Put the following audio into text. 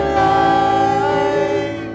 life